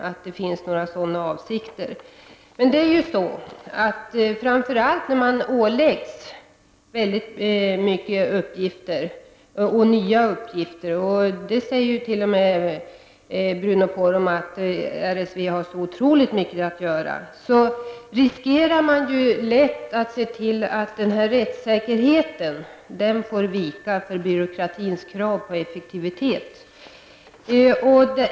Men när man åläggs nya arbetsmoment — och även Bruno Poromaa anser att RSV har så otroligt mycket att göra — är risken stor att rättssäkerheten får vika för byråkratins krav på effektivitet.